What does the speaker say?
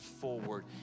forward